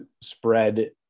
spread